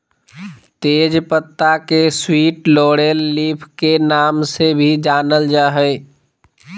तेज पत्ता के स्वीट लॉरेल लीफ के नाम से भी जानल जा हइ